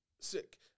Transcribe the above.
Sick